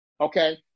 okay